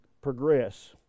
progress